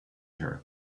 her